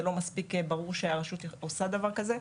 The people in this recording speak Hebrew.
זה לא מספיק ברור שהרשות עושה דבר כזה.